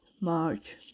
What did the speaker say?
march